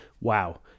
Wow